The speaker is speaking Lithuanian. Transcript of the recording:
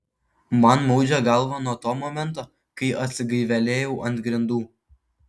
man maudžia galvą nuo to momento kai atsigaivelėjau ant grindų